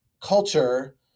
culture –